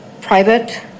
Private